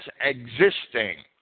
existing